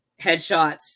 Headshots